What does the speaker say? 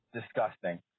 Disgusting